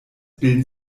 bilden